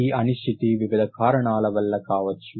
ఈ అనిశ్చితి వివిధ కారణాల వల్ల కావచ్చు